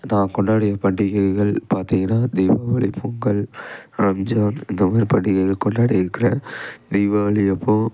நான் கொண்டாடிய பண்டிகைகள் பார்த்திங்கனா தீபாவளி பொங்கல் ரம்ஜான் இந்த மாதிரி பண்டிகைகள் கொண்டாடிருக்கிறேன் தீபாவளி அப்போது